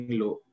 low